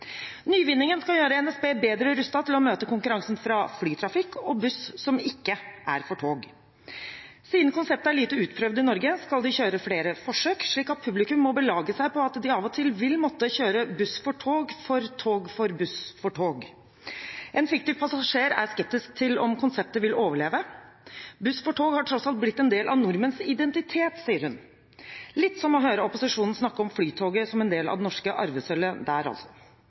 Nyvinningen skal gjøre NSB bedre rustet til å møte konkurransen fra flytrafikk og buss som ikke er for tog. Siden konseptet er lite utprøvd i Norge, skal de kjøre flere forsøk. Så publikum må belage seg på at de av og til vil måtte kjøre Buss for tog for Tog for Buss for tog. En fiktiv passasjer er skeptisk til om konseptet vil overleve. Buss for tog har tross alt blitt en del av nordmenns identitet, sier hun – litt som å høre opposisjonen snakke om Flytoget som en del av det norske arvesølvet, altså.